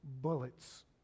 bullets